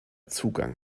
zugang